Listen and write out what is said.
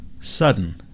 Sudden